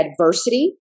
adversity